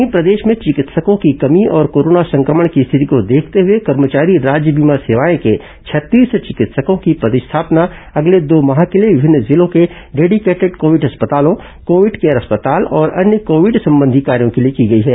वहीं प्रदेश में चिकित्सकों की कमी और कोरोना संक्रमण की स्थिति को देखते हुए कर्मचारी राज्य बीमा सेवाएं के छत्तीस चिकित्सकों की पदस्थापना अगले दो माह के लिए विभिन्न जिलों के डेडिकेटेड कोविड अस्पतालों कोविड केयर अस्पताल और अन्य कोविड संबंधी कार्यों के लिए की गई है